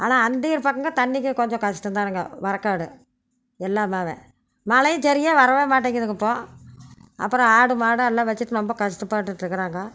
ஆனால் அந்தியூர் பக்கம்ங்க தண்ணிக்கு கொஞ்சம் கஷ்டம் தானுங்க வரக்காடு எல்லாமே மழையும் சரியாக வரவே மாட்டேக்கிதுங்க இப்போது அப்புறம் ஆடு மாடெல்லாம் வச்சுட்டு ரொம்ப கஷ்டப்பட்டுகிட்டு இருக்கிறாங்க